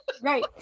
Right